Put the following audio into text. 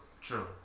true